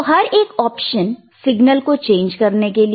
तो हर एक ऑप्शन सिग्नल को चेंज करने के लिए